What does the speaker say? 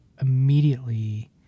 immediately